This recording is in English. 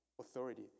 authority